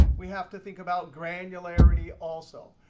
we have to think about granularity also.